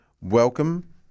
welcome